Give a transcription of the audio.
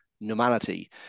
normality